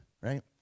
right